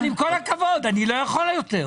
אבל עם כל הכבוד, אני לא יכול יותר.